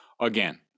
again